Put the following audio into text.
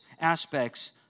aspects